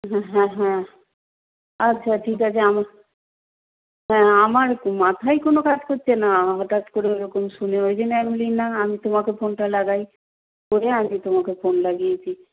হ্যাঁ হ্যাঁ আচ্ছা ঠিক আছে আমি হ্যাঁ আমার মাথাই কোনো কাজ করছে না হঠাৎ করে ওরকম শুনে ওই জন্য আমি বলি না আমি তোমাকে ফোনটা লাগাই করে আমি তোমাকে ফোন লাগিয়েছি